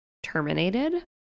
terminated